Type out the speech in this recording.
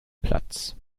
platz